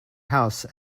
house